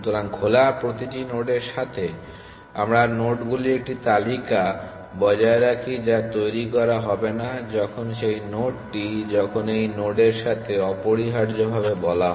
সুতরাং খোলা প্রতিটি নোডের সাথে আমরা নোডগুলির একটি তালিকা বজায় রাখি যা তৈরি করা হবে না যখন সেই নোডটি যখন এই নোডের সাথে অপরিহার্যভাবে বলা হয়